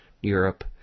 Europe